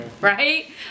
Right